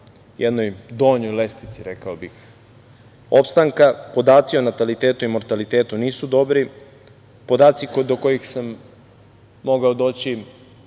jednoj donjoj lestvici, rekao bih, opstanka. Podaci o natalitetu i mortalitetu nisu dobri. Podaci do kojih sam mogao doći,